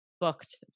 booked